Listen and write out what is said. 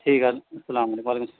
ٹھیک ہے السلام علیکم و علیکم السلام